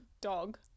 dog